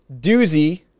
doozy